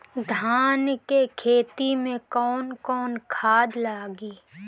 धान के खेती में कवन कवन खाद लागी?